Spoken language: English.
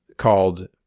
Called